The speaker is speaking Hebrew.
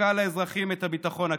וסיפקה לאזרחים את הביטחון הכלכלי.